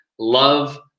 Love